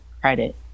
credit